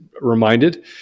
reminded